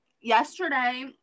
yesterday